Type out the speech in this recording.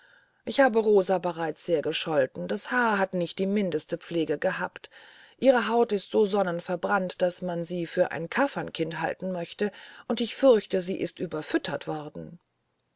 ich habe rosa bereits sehr gescholten das haar hat nicht die mindeste pflege gehabt ihre haut ist so sonnenverbrannt daß man sie für ein kaffernkind halten möchte und ich fürchte sie ist überfüttert worden